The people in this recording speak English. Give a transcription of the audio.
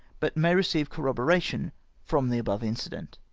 but may receive corroboration from the above incident.